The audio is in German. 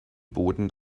boden